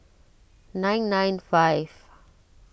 nine nine five